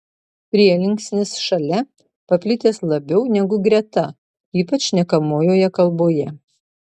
prielinksnis šalia paplitęs labiau negu greta ypač šnekamojoje kalboje